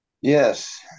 yes